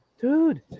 dude